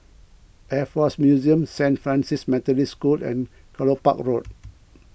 Air force Museum Saint Francis Methodist School and Kelopak Road